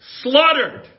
Slaughtered